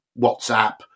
WhatsApp